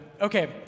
Okay